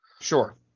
Sure